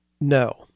No